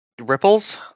ripples